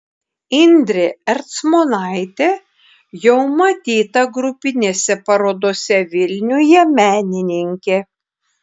indrė ercmonaitė jau matyta grupinėse parodose vilniuje menininkė